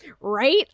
right